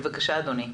בבקשה אדוני.